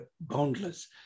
boundless